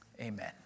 Amen